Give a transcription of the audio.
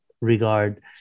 regard